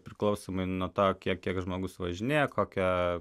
priklausomai nuo to kiek kiek žmogus važinėja kokią